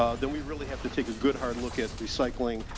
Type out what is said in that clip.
ah than we really have to take a good hard look at recycling.